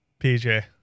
PJ